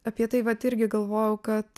apie tai vat irgi galvojau kad